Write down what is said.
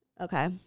Okay